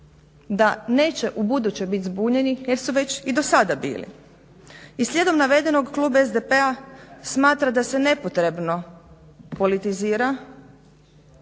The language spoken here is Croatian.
da neće ubuduće biti zbunjeni jer su već i do sada bili. I slijedom navedenog Klub SDP-a smatra da se nepotrebno politizira,